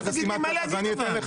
אל תגיד לי מה להגיד לך.